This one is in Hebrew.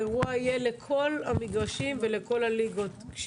האירוע יהיה לכל המגרשים ולכל הליגות.